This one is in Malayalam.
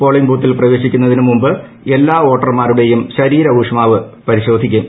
പോളിംഗ് ബൂത്തിൽ പ്രവേശിക്കുന്നതിനുമുക്ക് എല്ലാ വോട്ടർമാരുടെയും ശരീര ഊഷ്മാവ് പരിശോധിക്കും